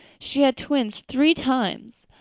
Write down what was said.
she had twins three times.